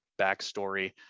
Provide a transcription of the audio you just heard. backstory